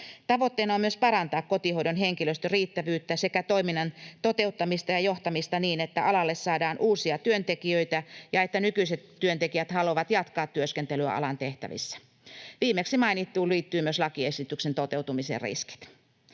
Tavoitteena on myös parantaa kotihoidon henkilöstön riittävyyttä sekä toiminnan toteuttamista ja johtamista niin, että alalle saadaan uusia työntekijöitä ja että nykyiset työntekijät haluavat jatkaa työskentelyä alan tehtävissä. Viimeksi mainittuun liittyy myös lakiesityksen toteutumisen riskit.